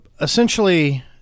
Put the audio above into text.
essentially